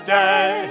day